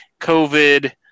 COVID